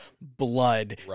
blood